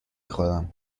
خورم